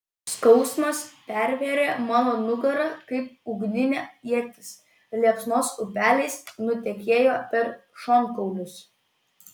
skausmas pervėrė mano nugarą kaip ugninė ietis liepsnos upeliais nutekėjo per šonkaulius